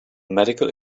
medical